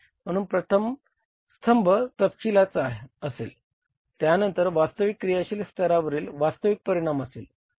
म्हणून प्रथम स्तंभ तपशीलाचा असेल त्यानंतर वास्तविक क्रियाशील स्तरावरील वास्तविक परिणाम असेल